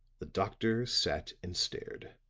the doctor sat and stared.